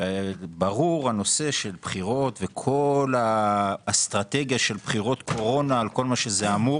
ברור הנושא של בחירות וכל האסטרטגיה של בחירות קורונה על כל מה שאמור